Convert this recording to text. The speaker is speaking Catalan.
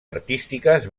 artístiques